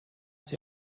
sie